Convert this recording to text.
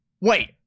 wait